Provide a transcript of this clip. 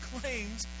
claims